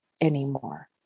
anymore